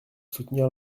soutenir